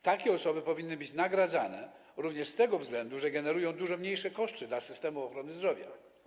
Takie osoby powinny być nagradzane również z tego względu, że generują dużo mniejsze koszty dla systemu ochrony zdrowia.